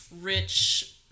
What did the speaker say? rich